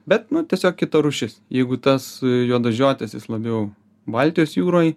bet nu tiesiog kita rūšis jeigu tas juodažiotis jis labiau baltijos jūroj